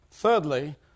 Thirdly